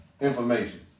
information